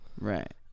Right